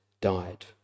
died